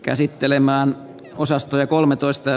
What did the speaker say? käsittelemään osastoja puolesta